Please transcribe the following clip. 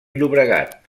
llobregat